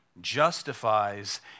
justifies